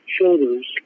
shoulders